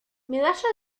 medalla